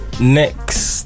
Next